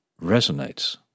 resonates